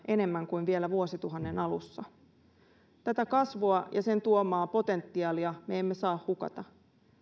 enemmän kuin vielä vuosituhannen alussa tätä kasvua ja sen tuomaa potentiaalia me emme saa hukata